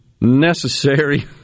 necessary